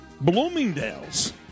Bloomingdale's